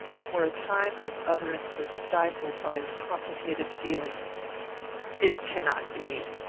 for a time his utterance was stifled by his complicated feelings it cannot be.